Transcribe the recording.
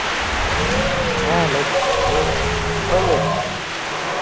ᱦᱮᱸ ᱞᱟᱹᱭ ᱫᱟᱹᱧ ᱞᱟᱹᱭ ᱢᱮ ᱚᱠᱚᱭᱮᱢ ᱞᱟᱹᱭ ᱫᱟ